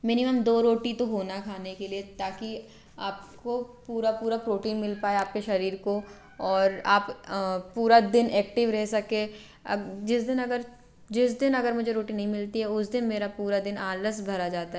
minimum दो रोटी तो होना खाने के लिए ताकि आपको पूरा पूरा प्रोटीन मिल पाए आपके शरीर को और आप पूरा दिन एक्टिव रह सके जिस दिन अगर जिस दिन अगर मुझे रोटी नहीं मिलती है उस दिन मेरा पूरा दिन आलस भरा जाता है